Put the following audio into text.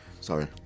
Sorry